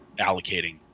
allocating